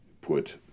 put